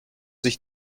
sich